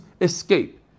escape